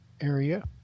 area